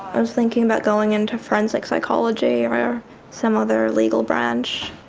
i was thinking about going into forensic psychology or some other legal branch,